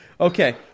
Okay